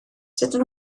dydyn